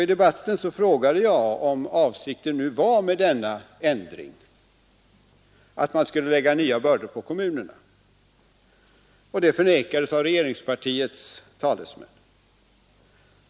I debatten frågade jag, om avsikten med denna ändring var att lägga nya bördor på kommunerna. Detta förnekades av regeringspartiets talesmän.